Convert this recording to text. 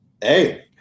Hey